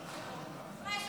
50. נגד,